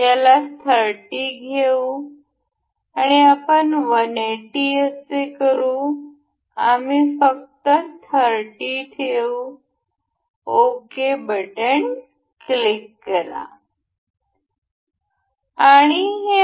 याला 30 घेऊ आणि आपण 180 असे करू आम्ही फक्त 30 ठेवू ओके बटन क्लिक करा